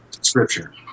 scripture